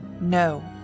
No